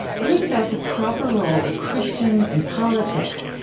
it was about the proper role of christians in politics,